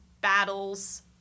battles